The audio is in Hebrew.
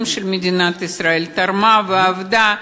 פניה של מדינת ישראל, תרמה ועבדה,